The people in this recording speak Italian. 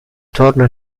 torna